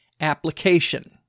application